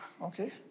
Okay